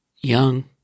young